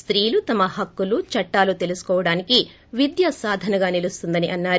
స్తీలు తమ హక్కులుచట్టాలు తెలుసుకోవడానికి విద్య సాధనగా నిలుస్తుందని అన్నారు